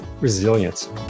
resilience